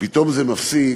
ופתאום זה נפסק,